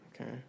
Okay